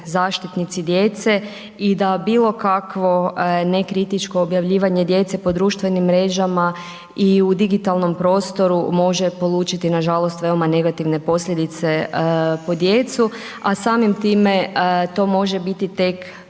zaštitnici djece i da bilokakvo nekritično objavljivanje djece po društvenim mrežama i u digitalnom prostoru, može polučiti nažalost, velike negativne posljedice po djecu, a samim time, to može biti tek